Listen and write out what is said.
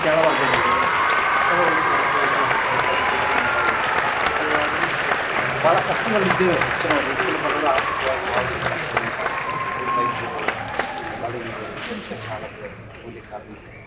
ಕೆಳವರ್ಗದಲ್ಲಿದೆ ಕೆಲವು ವರ್ಗಗಳು ಮೇಲೆ ಹತ್ಬೇಕಾದ ಸ್ಥಿತಿಲಿ ಮೇಲೆ ಇದೆ ಆರ್ಥಿಕವಾಗಿ ಭಾಳ ಕಷ್ಟದಲ್ಲಿದ್ದೇವೆ ಹೆಚ್ಚಿನವರು ಹೆಚ್ಚಿನ ಬಡವ್ರು ಆರ್ಥಿಕವಾಗಿ ಬಹಳಷ್ಟು ಕಷ್ಟದಲ್ಲಿದ್ದಾರೆ ರೈತರುಗಳು ಬಡಗಿಗಳು ರಿಕ್ಷ ಚಾಲಕರು ಕೂಲಿ ಕಾರ್ಮಿಕರು